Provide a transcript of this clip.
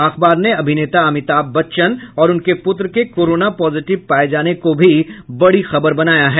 अखबार ने अभिनेता अमिताभ बच्चन और उनके पुत्र के कोरोना पॉजिटिव पाये जाने को भी बड़ी खबर बनाया है